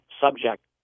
subject